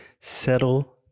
Settle